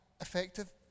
effective